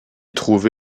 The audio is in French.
trouve